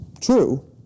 true